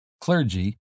clergy